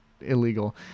illegal